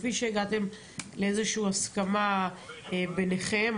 כפי שהגעתם לאיזושהי הסכמה ביניכם,